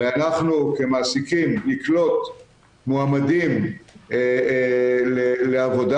הרי אנחנו כמעסיקים נקלוט מועמדים לעבודה,